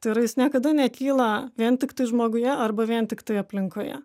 tai yra jis niekada nekyla vien tiktai žmoguje arba vien tiktai aplinkoje